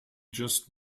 just